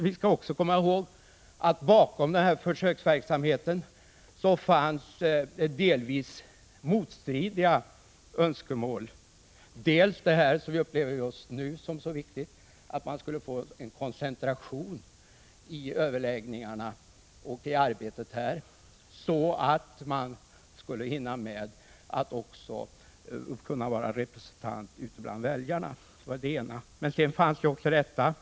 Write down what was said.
Vi skall också komma ihåg att det bakom försöksverksamheten fanns delvis motstridiga önskemål. Å ena sidan önskade man det som vi just nu upplever som så viktigt, att man skulle få en koncentration i överläggningar 140 na och riksdagsarbetet i övrigt, så att man också skulle hinna med att vara sitt Prot. 1985/86:154 ordförande, och vi har redan sammanträtt. Chefredaktören har lovat att till partis representant ute bland väljarna. Å andra sidan ville man, som man — Prot.